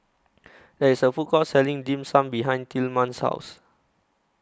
There IS A Food Court Selling Dim Sum behind Tilman's House